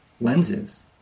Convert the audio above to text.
lenses